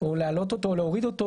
להעלות או להוריד אותו,